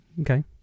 Okay